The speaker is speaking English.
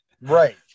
Right